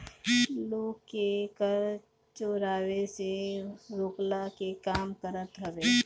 लोग के कर चोरावे से रोकला के काम करत हवे